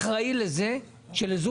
חבר הכנסת דלל, אני מסכים עם השאלה שלך.